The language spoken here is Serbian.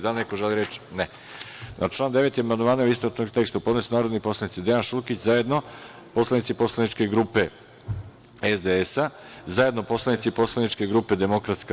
Da li neko želi reč? (Ne.) Na član 9. amandmane, u istovetnom tekstu, podneli su narodni poslanici Dejan Šulkić, zajedno poslanici poslaničke grupe SDS i zajedno poslanici poslaničke grupe DS.